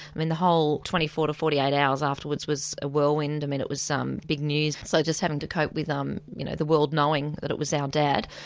and the whole twenty four to forty eight hours afterwards was a whirlwind. um and it was big news, so just having to cope with um you know the world knowing that it was our dad,